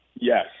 Yes